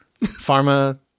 pharma